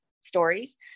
stories